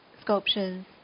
sculptures